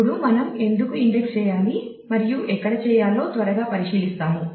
ఇప్పుడు మనం ఎందుకు ఇండెక్స్ చేయాలి మరియు ఎక్కడ చేయాలో త్వరగా పరిశీలిస్తాము